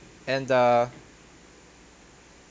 and err